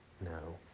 No